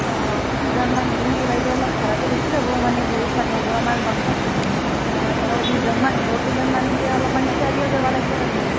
অঁ পঁচিছজনমান হলি বাইদেউ অলপ ভাৰাটো বেছি হ'ব মানে বহুত মানুহ হ'ব আমাৰ বাছত ধৰক বিছজনমান হ'ব কেইজনমান এংকে অলপমান থিয়া দি যাবা লাগবো তাৰ মানে